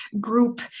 group